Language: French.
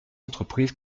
entreprises